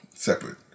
Separate